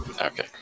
Okay